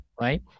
right